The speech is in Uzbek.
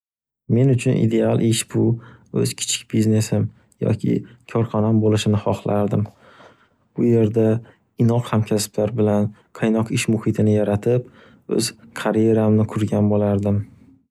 Men uchun ideal ish bu, oʻz kichik biznesim, yoki korxonam bo'lishini xohlardim. Bu yerda inoq hamkasblar bilan qaynoq ish muhitini yaratib, o'z karyeramni qurgan bo'lardim.